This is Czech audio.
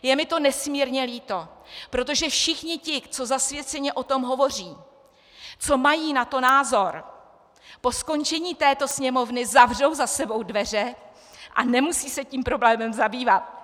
Je mi to nesmírně líto, protože všichni ti, co zasvěceně o tom hovoří, co mají na to názor, po skončení této sněmovny zavřou za sebou dveře a nemusí se tím problémem zabývat.